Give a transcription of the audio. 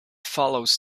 follows